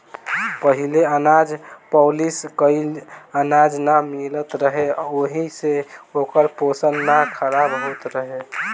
पहिले अनाज पॉलिश कइल अनाज ना मिलत रहे ओहि से ओकर पोषण ना खराब होत रहे